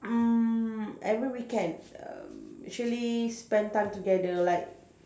mm every weekend um actually spent time together like